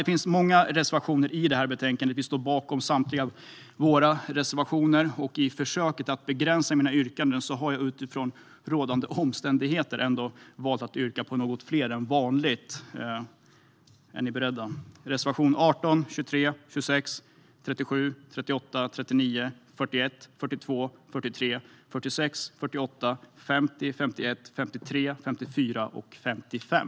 Det finns många reservationer i det här betänkandet. Vi står bakom samtliga våra reservationer. I ett försök att begränsa mina yrkanden väljer jag ändå att utifrån rådande omständigheter yrka bifall till något fler reservationer än vanligt. Är ni beredda? Jag yrkar bifall till reservationerna 18, 23, 26, 37, 38, 39, 41, 42, 43, 46, 48, 50, 51, 53, 54 och 55.